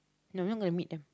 no I'm not going to meet them